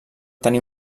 tenir